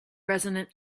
resonant